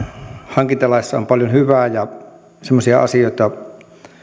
hankintalaissa on paljon hyvää ja myös semmoisia asioita